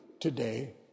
Today